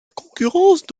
concurrence